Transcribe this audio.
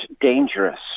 dangerous